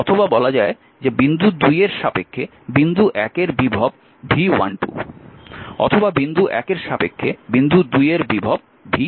অথবা বলা যায় যে বিন্দু 2 এর সাপেক্ষে বিন্দু 1 এর বিভব V12 অথবা বিন্দু 1 এর সাপেক্ষে বিন্দু 2 এর বিভব V12